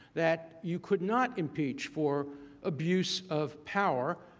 that you could not impeach for abuse of power,